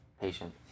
Patient